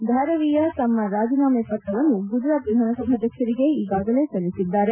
ಧಾರವೀಯ ತಮ್ಮ ರಾಜೀನಾಮೆ ಪತ್ರವನ್ನು ಗುಜರಾತ್ ವಿಧಾನಸಭಾಧ್ಯಕ್ಷರಿಗೆ ಈಗಾಗಲೇ ಸಲ್ಲಿಸಿದ್ದಾರೆ